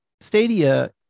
Stadia